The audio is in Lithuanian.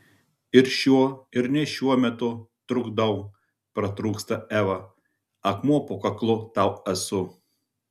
ir šiuo ir ne šiuo metu trukdau pratrūksta eva akmuo po kaklu tau esu